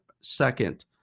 second